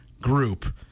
group